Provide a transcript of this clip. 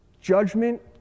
judgment